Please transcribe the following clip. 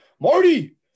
marty